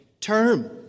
term